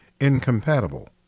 incompatible